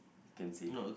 can say